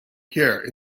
here